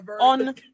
On